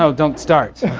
so don't start.